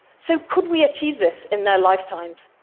so could we achieve this in their lifetimes?